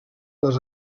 les